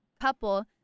couple